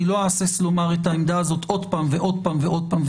אני לא אהסס לומר את העמדה הזאת עוד פעם ועוד פעם ועוד פעם,